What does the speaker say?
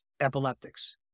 epileptics